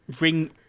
ring